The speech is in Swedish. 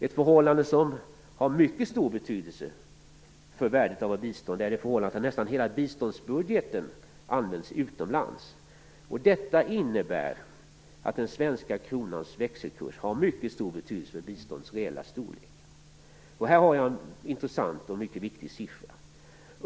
Ett förhållande som har mycket stor betydelse för värdet av vårt biståndet är att nästan hela biståndsbudgeten används utomlands. Detta innebär att den svenska kronans växelkurs har mycket stor betydelse för biståndets reella storlek. Här har jag en intressant och mycket viktig siffra.